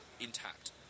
intact